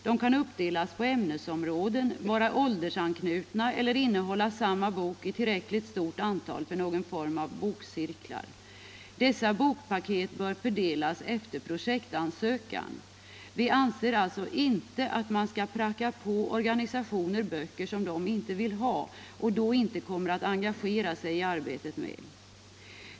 De kan uppdelas på ämnesområden, vara åldersanknutna eller innehålla samma bok i tillräckligt stort antal för någon form av bokcirkel. Dessa bokpaket bör fördelas efter projektansökan. Vi anser alltså inte att man skall pracka på organisationerna böcker som de inte vill ha och som de inte kommer att engagera sig i arbetet med.